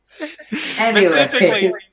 Specifically